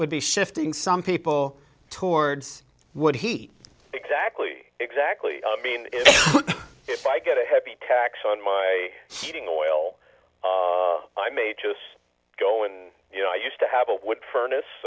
would be shifting some people towards what he exactly exactly mean is if i get a heavy tax on my heating oil i may just go in you know i used to have a wood furnace